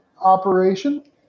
operation